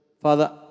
Father